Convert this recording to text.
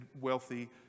wealthy